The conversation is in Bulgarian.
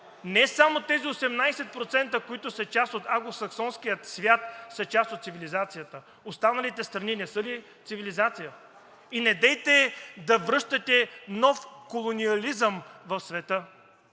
не само тези 18%, които са част от англосаксонския свят, са част от цивилизацията. Останалите страни не са ли цивилизация? Недейте да връщате нов колониализъм в света,